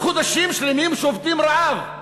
חודשים שלמים שובתים רעב,